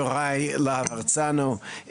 יוראי להב הרצנו,